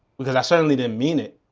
because i certainly didn't mean it.